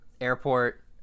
airport